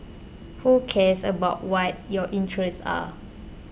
who cares about what your interests are